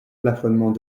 plafonnement